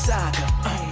Saga